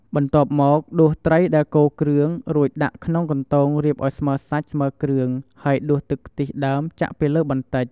បន្ទាប់មកដួសត្រីដែលកូរគ្រឿង រួចដាក់ក្នុងកន្ទោងរៀបឲ្យស្មើសាច់ស្មើគ្រឿង ហើយដួសទឹកខ្ទិះដើមចាក់ពីលើបន្តិច។